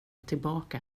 tillbaka